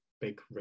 big